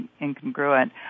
incongruent